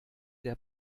der